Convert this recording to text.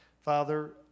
Father